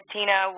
Tina